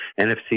NFC